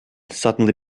suddenly